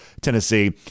Tennessee